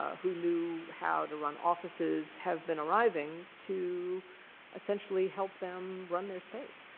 ah who knew how to run offices have been arriving to essentially help them run their state.